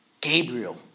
Gabriel